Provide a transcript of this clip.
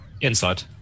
Inside